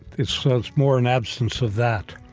it's so it's more an absence of that.